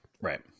right